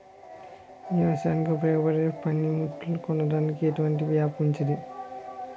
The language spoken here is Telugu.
వ్యవసాయానికి ఉపయోగపడే పనిముట్లు కొనడానికి ఎటువంటి యాప్ మంచిది?